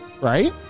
right